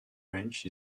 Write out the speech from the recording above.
branch